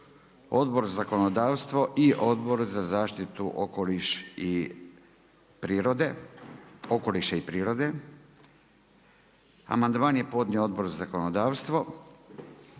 Odbor za zakonodavstvo i Odbor za zaštitu okoliša i prirode. Amandman je podnio Odbor za zakonodavstvo.